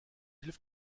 hilf